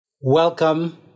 Welcome